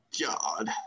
god